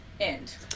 end